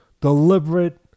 deliberate